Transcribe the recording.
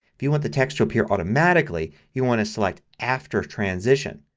if you want the text to appear automatically you want to select after transition.